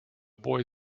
boy